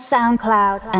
SoundCloud